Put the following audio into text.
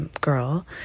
girl